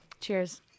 Cheers